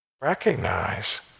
Recognize